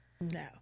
No